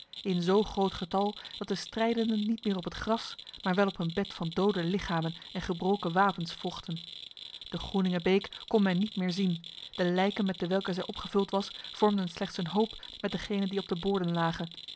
grond in zo groot getal dat de strijdenden niet meer op het gras maar wel op een bed van dode lichamen en gebroken wapens vochten de groeningebeek kon men niet meer zien de lijken met dewelke zij opgevuld was vormden slechts een hoop met degene die op de boorden lagen